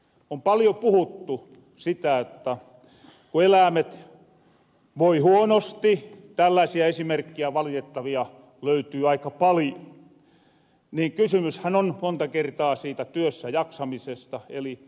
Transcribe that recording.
on paljon puhuttu sitä jotta ku eläämet voi huonosti tälläisiä valitettavia esimerkkiä löytyy aika paljo niin kysymyshän on monta kertaa siitä työssäjaksamisesta eli ihimisistä